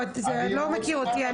אתה לא מכיר אותי.